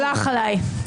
הלך עליי.